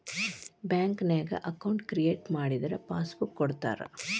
ಬ್ಯಾಂಕ್ನ್ಯಾಗ account create ಮಾಡಿದರ passbook ಕೊಡ್ತಾರಾ